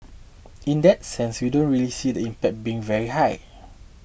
in that sense we don't really see the impact being very high